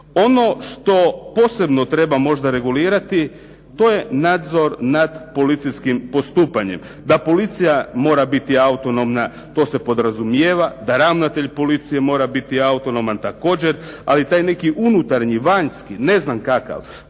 Ono što posebno treba možda regulirati, to je nadzor nad policijskim postupanjem. Da policija mora biti autonomna, to se podrazumijeva, da ravnatelj policije mora biti autonoman, također, ali taj neki unutarnji, vanjski, ne znam kakav,